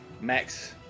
max